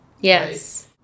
Yes